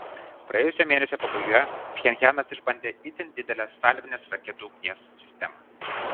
praėjusio mėnesio pabaigoje pchenjanas išbandė itin didelę salvinės raketų ugnies sistemą